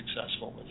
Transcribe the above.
successful